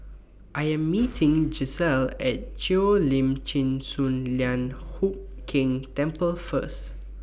I Am meeting Gisselle At Cheo Lim Chin Sun Lian Hup Keng Temple First